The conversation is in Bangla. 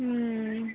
হুম